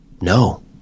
no